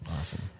Awesome